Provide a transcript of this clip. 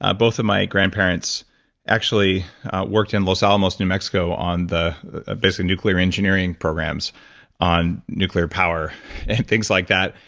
ah both of my grandparents actually worked in los alamos, new mexico, on the basically nuclear engineering programs on nuclear power and things like that.